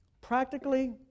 practically